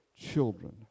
children